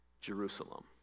Jerusalem